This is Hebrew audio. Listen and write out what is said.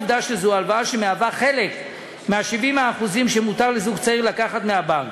העובדה שזו הלוואה שהיא חלק מ-70% שמותר לזוג צעיר לקחת מהבנק.